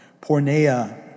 porneia